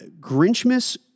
Grinchmas